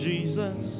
Jesus